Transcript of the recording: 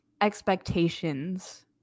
expectations